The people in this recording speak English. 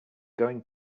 going